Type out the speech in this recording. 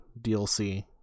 DLC